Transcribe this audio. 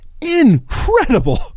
incredible